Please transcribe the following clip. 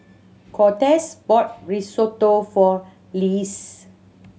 Cortez bought Risotto for Lisle